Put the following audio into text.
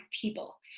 people